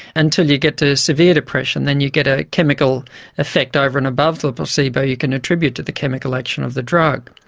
until you get to severe depression, depression, then you get a chemical effect over and above the placebo you can attribute to the chemical action of the drug.